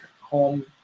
home